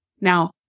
Now